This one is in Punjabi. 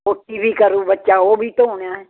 ਪੋਟੀ ਵੀ ਕਰੂ ਬੱਚਾ ਉਹ ਵੀ ਧੋਣਾ